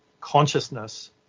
consciousness